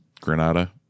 granada